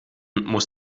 muss